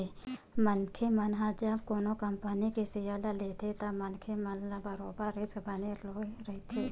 मनखे मन ह जब कोनो कंपनी के सेयर ल लेथे तब मनखे मन ल बरोबर रिस्क बने होय रहिथे